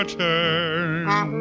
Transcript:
turn